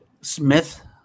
Smith